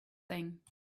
thing